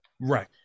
Right